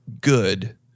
good